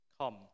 come